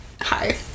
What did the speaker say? hi